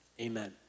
Amen